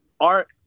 Art